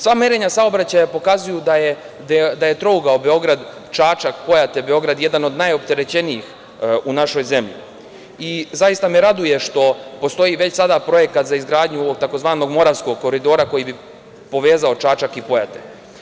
Sva merenja saobraćaja pokazuju da je trougao Beograd-Čačak-Pojate-Beograd jedan od najopterećenijih u našoj zemlji i zaista me raduje što postoji već sada projekat za izgradnju tzv. moravskog koridora koji bi povezao Čačak i Pojate.